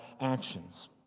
actions